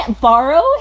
borrow